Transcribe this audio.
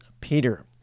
Peter